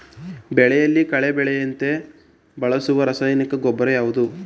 ಬೆಳೆಯಲ್ಲಿ ಕಳೆ ಬೆಳೆಯದಂತೆ ಬಳಸುವ ರಾಸಾಯನಿಕ ಗೊಬ್ಬರ ಯಾವುದು?